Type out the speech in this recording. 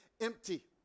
empty